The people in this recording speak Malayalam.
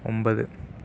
ഒൻപത്